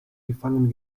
gefangen